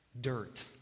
Dirt